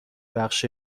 بخش